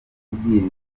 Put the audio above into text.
kubwiriza